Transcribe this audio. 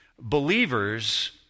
Believers